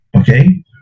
Okay